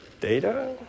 Data